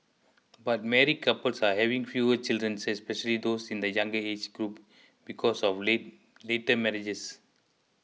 but married couples are having fewer children especially those in the younger age groups because of late later marriages